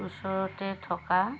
ওচৰতে থকা